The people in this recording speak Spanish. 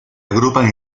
agrupan